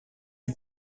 est